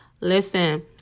Listen